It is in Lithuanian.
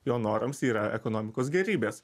jo norams yra ekonomikos gėrybės